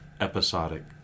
episodic